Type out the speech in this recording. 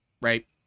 Right